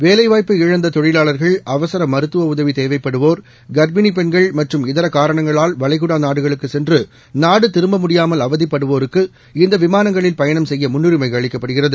வேலைவாய்ப்பை இழந்த தொழிலாளர்கள் அவசர மருத்துவ உதவி தேவைப்படுவோர் கர்ப்பிணி பெண்கள் மற்றும் இதர காரணங்களால் வளைகுடா நாடுகளுக்கு சென்று நாடு திரும்பமுடியாமல் அவதிப்படுவோருக்கு இந்த விமானங்களில் பயணம் செய்ய முன்னுரிமை அளிக்கப்படுகிறது